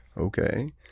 Okay